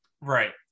Right